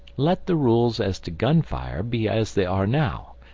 let the rules as to gun-fire be as they are now,